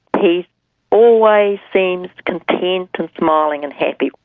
he always seems content and smiling and happy.